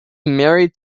married